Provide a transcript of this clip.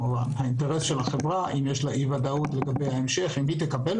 אם יש לחברה א-ודאות לגבי המשך החזקתה